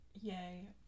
yay